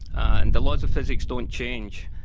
and the laws of physics don't change.